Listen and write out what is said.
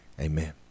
Amen